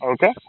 Okay